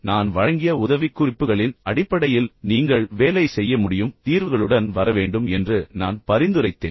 நான் வழங்கிய உதவிக்குறிப்புகளின் அடிப்படையில் நீங்கள் வேலை செய்ய முடியும் தீர்வுகளுடன் வர வேண்டும் என்று நான் பரிந்துரைத்தேன்